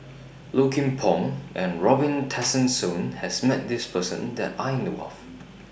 Low Kim Pong and Robin Tessensohn has Met This Person that I know of